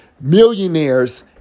millionaires